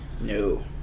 No